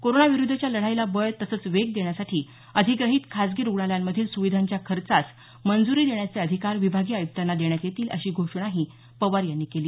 कोरोनाविरुद्धच्या लढाईला बळ तसंच वेग देण्यासाठी अधिग्रहीत खासगी रुग्णालयांमधील सुविधांच्या खर्चास मंजूरी देण्याचे अधिकार विभागीय आयुक्तांना देण्यात येतील अशी घोषणाही पवार यांनी केली